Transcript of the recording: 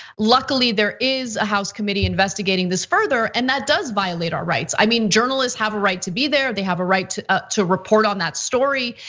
luckily, there is a house committee investigating this further and that does violate our rights. i mean, journalists have a right to be there, they have a right to um to report on that story.